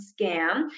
scam